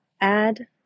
Add